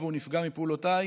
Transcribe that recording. אם הוא נפגע מפעולותיי,